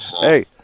Hey